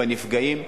בנפגעים.